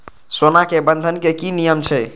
सोना के बंधन के कि नियम छै?